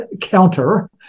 counter